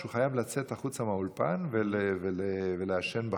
שהוא חייב לצאת החוצה מהאולפן ולעשן בחוץ.